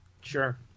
sure